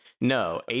no